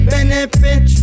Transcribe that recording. Benefit